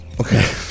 Okay